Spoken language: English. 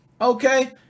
okay